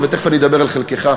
ותכף אני אדבר על חלקך,